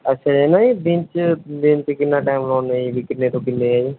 ਅੱਛਾ ਜੀ ਨਾ ਜੀ ਦਿਨ 'ਚ ਦਿਨ 'ਚ ਕਿੰਨਾ ਟਾਈਮ ਲਗਵਾਉਂਦੇ ਹੈ ਜੀ ਵੀ ਕਿੰਨੇ ਤੋਂ ਕਿੰਨੇ ਹੈ